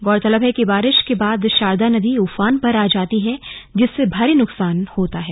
गौरतलब है कि बारिश के बाद शारदा नदी उफान पर आ जाती है जिससे भारी नुकसान होता है